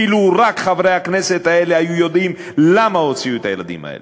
אילו רק ידעו חברי הכנסת האלה למה הוציאו את הילדים האלה,